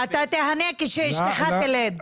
אתה תהנה כשאשתך תלד.